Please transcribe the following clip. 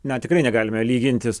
na tikrai negalime lygintis